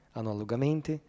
Analogamente